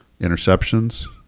interceptions –